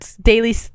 daily